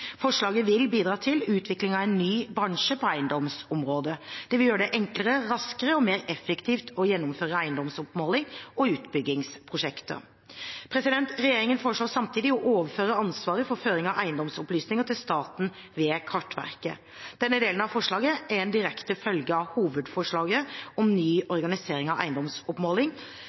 Forslaget vil bidra til utvikling av en ny bransje på eiendomsområdet. Det vil gjøre det enklere, raskere og mer effektivt å gjennomføre eiendomsoppmåling og utbyggingsprosjekter. Regjeringen foreslår samtidig å overføre ansvaret for føringen av eiendomsopplysninger til staten ved Kartverket. Denne delen av forslaget er en direkte følge av hovedforslaget om en ny organisering av